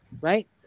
Right